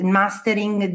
mastering